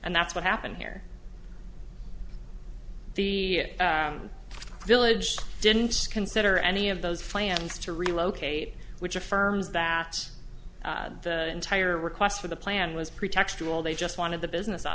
and that's what happened here the village didn't consider any of those plans to relocate which affirms that entire request for the plan was pretextual they just wanted the business out